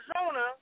Arizona